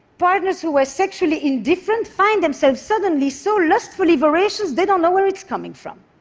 partners who were sexually indifferent find themselves suddenly so lustfully voracious, they don't know where it's coming from.